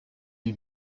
ibi